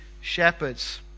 shepherds